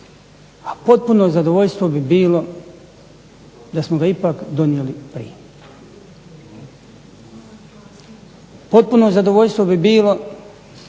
A potpuno zadovoljstvo bi bilo da smo ga ipak donijeli prije. Potpuno zadovoljstvo bi bilo